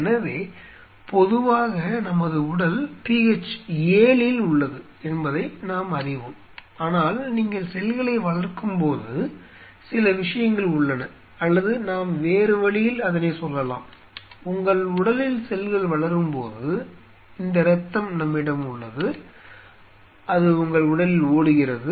எனவே பொதுவாக நமது உடல் PH 7 இல் உள்ளது என்பதை நாம் அறிவோம் ஆனால் நீங்கள் செல்களை வளர்க்கும் போது சில விஷயங்கள் உள்ளன அல்லது நாம் வேறு வழியில் அதனை சொல்லலாம் உங்கள் உடலில் செல்கள் வளரும் போது இந்த இரத்தம் நம்மிடம் உள்ளது அது உங்கள் உடலில் ஓடுகிறது